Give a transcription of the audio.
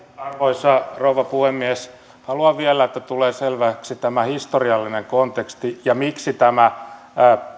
arvoisa rouva puhemies haluan vielä että tulee selväksi tämä historiallinen konteksti ja se miksi tämä